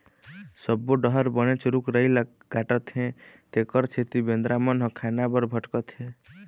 सब्बो डहर बनेच रूख राई ल काटत हे तेखर सेती बेंदरा मन ह खाना बर भटकत हे